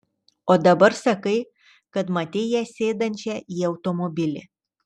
o dabar sakai kad matei ją sėdančią į automobilį